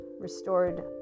restored